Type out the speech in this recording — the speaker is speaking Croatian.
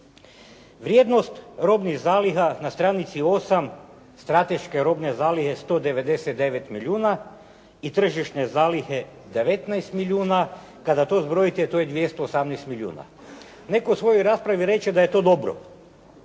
Vrijednost robnih zaliha na stranici 8. strateške robne zalihe 199 milijuna i tržišne zalihe 19 milijuna. Kada to zbrojite to je 218 milijuna. Netko u svojoj raspravi reče da je to dobro.